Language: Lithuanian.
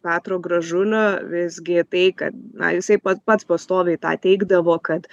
petro gražulio visgi tai kad na jisai pa pats pastoviai tą teigdavo kad